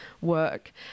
work